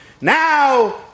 Now